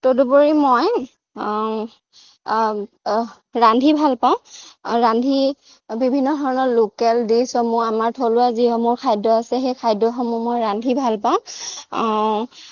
তদুপৰি মই ৰান্ধি ভাল পাওঁ ৰান্ধি বিভিন্ন ধৰণৰ লোকেল ডিচসমূহ আমাৰ থলুৱা যিসমূহ খাদ্য আছে সেই খাদ্যসমূহ মই ৰান্ধি ভাল পাওঁ